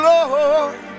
Lord